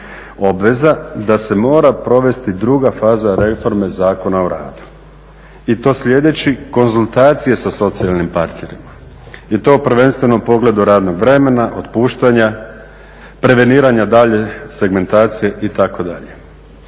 "Obveza da se mora provesti druga faza reforme Zakon o radu." i to sljedeći konzultacije sa socijalnim partnerima, i to prvenstveno u pogledu radnog vremena, otpuštanja, preveniranja dalje segmentacije itd.